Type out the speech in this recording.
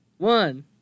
One